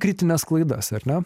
kritines klaidas ar ne